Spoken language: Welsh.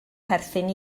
perthyn